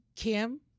Kim